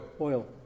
oil